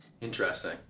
interesting